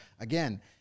again